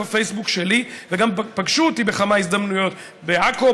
הפייסבוק שלי וגם פגשו אותי בכמה הזדמנויות בעכו,